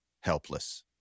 helpless